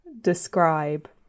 describe